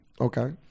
Okay